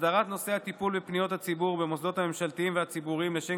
הסדרת נושא הטיפול בפניות הציבור במוסדות הממשלתיים והציבוריים לשם